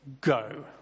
go